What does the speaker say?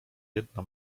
jedna